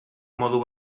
modu